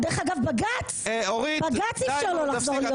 דרך אגב, בג"צ אפשר לו לחזור להיות שר.